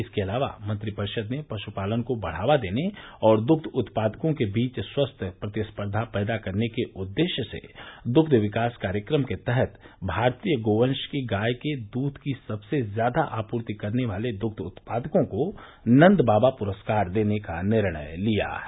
इसके अलावा मंत्रिपरिषद ने पशुपालन को बढ़ावा देने और दुग्ध उत्पादकों के बीच स्वस्थ्य प्रतिस्पर्धा पैदा करने के उद्देश्य से दुग्ध विकास कार्यक्रम के तहत भारतीय गोवंश की गाय के दूध की सबसे ज्यादा आपूर्ति करने वाले दुग्ध उत्पादकों को नन्दबाबा पुरस्कार देने का निर्णय लिया है